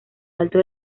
alto